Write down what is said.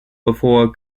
before